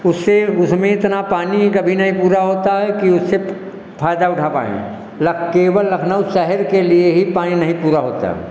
उससे उसमें इतना पानी ही कभी नहीं पूरा होता है कि उससे फायदा उठा पाएँ केवल लखनऊ शहर के लिए ही पानी नहीं पूरा होता